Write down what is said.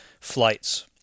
flight's